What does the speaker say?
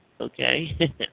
okay